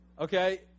Okay